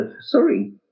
sorry